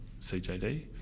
CJD